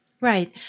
Right